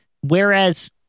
whereas